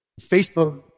Facebook